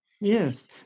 yes